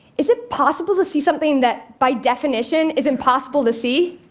is it possible to see something that, by definition, is impossible to see?